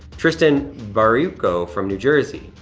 tristan barueco from new jersey.